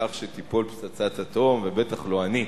שתיפול פצצת אטום, ובטח לא אני.